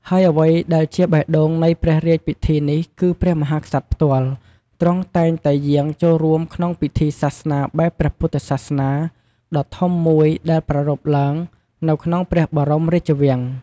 ហើយអ្វីដែលជាបេះដូងនៃព្រះរាជពិធីនេះគឺ ព្រះមហាក្សត្រផ្ទាល់ ទ្រង់តែងតែយាងចូលរួមក្នុងពិធីសាសនាបែបព្រះពុទ្ធសាសនាដ៏ធំមួយដែលប្រារព្ធឡើងនៅក្នុងព្រះបរមរាជវាំង។